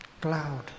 cloud